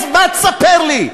מה תספר לי?